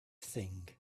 thing